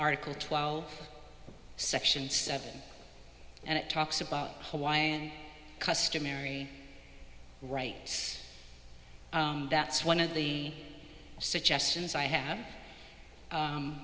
article twelve section seven and it talks about hawaiian customary rights that's one of the suggestions i have